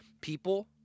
people